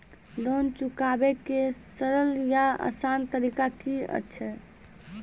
Loan चुकाबै के सरल या आसान तरीका की अछि?